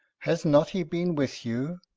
has not he been with you,